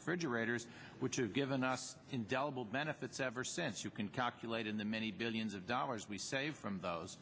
refrigerators which is given us indelible benefits ever since you can calculate in the many billions of dollars we save from those